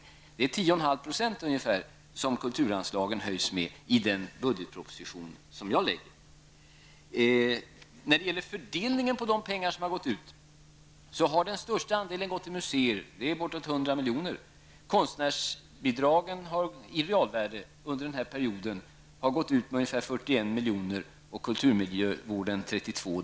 Med ungefär 10,5 % höjs kulturanslagen i den budget som jag lägger fram. Merparten av de pengar som anslagits har gått till museer -- bortemot 100 milj.kr. Konstnärsbidragens realvärde under den här perioden uppgår till ungefär 41 milj.kr. För kulturmiljövården gäller 32 milj.kr.